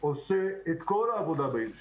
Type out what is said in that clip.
שאני עושה את כל העבודה בעיר שלי.